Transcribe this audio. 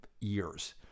years